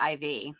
IV